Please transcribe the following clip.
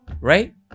right